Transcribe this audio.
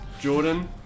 Jordan